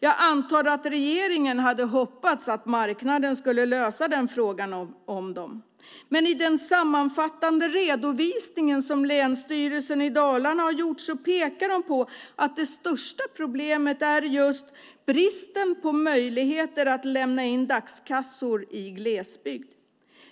Jag antar att regeringen hade hoppats att marknaden skulle lösa denna fråga åt dem. I den sammanfattande redovisning som Länsstyrelsen i Dalarna har gjort pekar de på att det största problemet är just bristen på möjligheter att lämna in dagskassor i glesbygd.